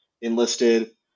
enlisted